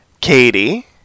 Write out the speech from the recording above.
Katie